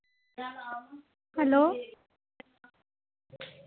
hello